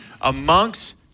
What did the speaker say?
amongst